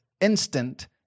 instant